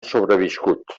sobreviscut